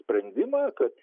sprendimą kad